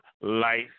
life